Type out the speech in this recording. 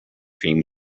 cream